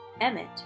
Emmet